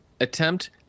Attempt